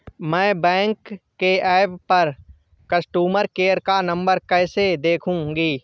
मैं बैंक के ऐप पर कस्टमर केयर का नंबर कैसे देखूंगी?